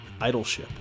idolship